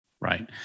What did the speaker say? Right